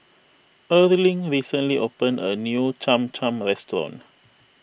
Erling recently opened a new Cham Cham restaurant